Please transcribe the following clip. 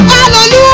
Hallelujah